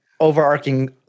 overarching